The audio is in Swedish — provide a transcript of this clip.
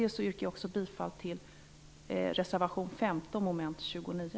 Jag yrkar också bifall till reservation 15, mom. 29.